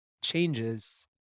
changes